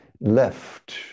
left